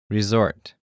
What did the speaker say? Resort